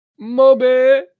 Mobe